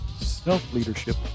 self-leadership